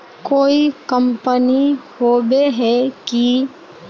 कोई कंपनी होबे है की?